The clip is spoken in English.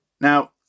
Now